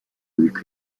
avec